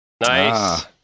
Nice